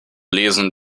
lesen